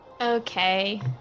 Okay